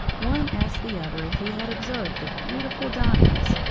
one asked the other if he had observed the beautiful diamonds,